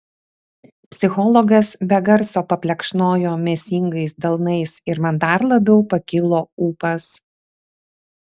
psichologas be garso paplekšnojo mėsingais delnais ir man dar labiau pakilo ūpas